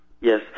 Yes